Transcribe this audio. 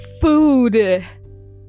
food